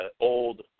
old